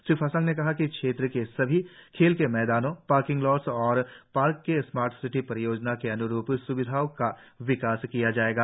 श्री फासांग ने कहा कि क्षेत्र के सभी खेल के मैदानों पार्किंग लॉट्स और पार्क में स्मार्ट सिटी परियोजना के अन्रुप स्विधाओं का विकास किया जाएगा